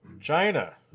China